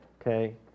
okay